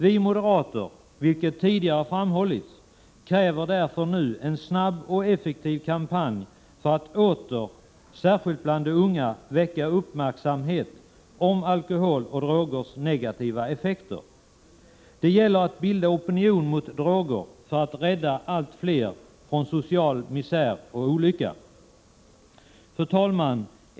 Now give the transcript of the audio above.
Vi moderater kräver därför, vilket tidigare framhållits, en snabb och effektiv kampanj för att åter, särskilt bland de unga, väcka uppmärksamhet om alkohol och drogers negativa effekter. Det gäller att bilda opinion mot droger för att rädda allt fler från social misär och olycka. Fru talman!